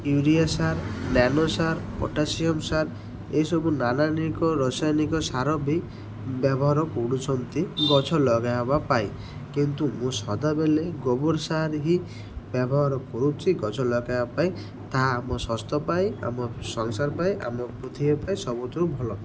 urea ସାର nano ସାର potassium ସାର ଏସବୁ ନାନାାନିକ ରସାୟନିକ ସାର ବି ବ୍ୟବହାର କରୁଛନ୍ତି ଗଛ ଲଗାଇବା ପାଇଁ କିନ୍ତୁ ମୁଁ ସଦାବେଲେ ଗୋବର ସାର ହିଁ ବ୍ୟବହାର କରୁଛିି ଗଛ ଲଗାଇବା ପାଇଁ ତାହା ଆମ ସ୍ଵାସ୍ଥ୍ୟ ପାଇଁ ଆମ ସଂସାର ପାଇଁ ଆମ ପୃଥିବୀ ପାଇଁ ସବୁଠାରୁ ଭଲ